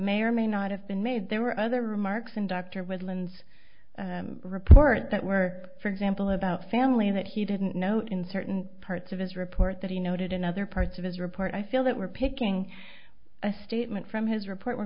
may or may not have been made there were other remarks in dr woodlands report that were for example about family that he didn't note in certain parts of his report that he noted in other parts of his report i feel that we're picking a statement from his report we're